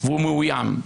והוא מאוים.